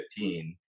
2015